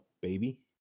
baby